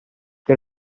per